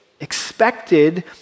expected